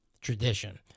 tradition